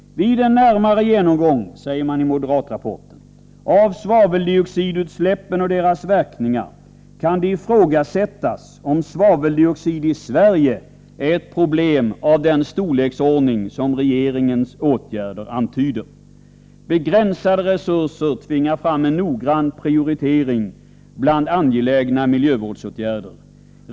Vid en närmare genomgång, säger man i moderatrapporten, av svaveldioxidutsläppen och deras verkningar kan det ifrågasättas om svaveldioxid i Sverige är ett problem av den storleksordning som regeringens åtgärder antyder. Begränsade resurser tvingar fram en noggrann prioritering bland angelägna miljövårdsåtgärder.